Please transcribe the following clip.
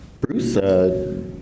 Bruce